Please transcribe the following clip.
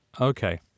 Okay